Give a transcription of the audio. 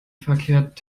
verkehrt